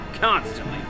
constantly